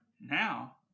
now